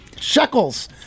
shekels